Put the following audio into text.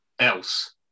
else